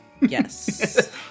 Yes